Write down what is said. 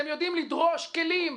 לדרוש כלים,